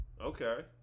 Okay